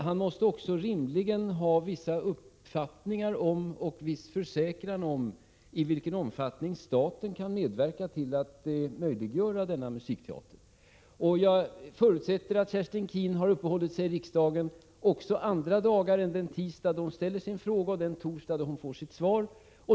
Han måste också rimligen ha vissa uppfattningar om och viss försäkran om i vilken omfattning staten kan medverka till att möjliggöra denna musikteater. Jag förutsätter att Kerstin Keen har uppehållit sig i riksdagen också andra dagar än den tisdag då hon ställde sin fråga och den torsdag då hon får sitt svar.